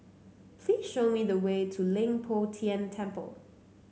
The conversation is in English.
please show me the way to Leng Poh Tian Temple